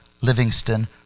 Livingston